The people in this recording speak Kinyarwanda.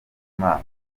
imana